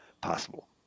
possible